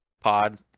pod